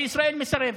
וישראל מסרבת.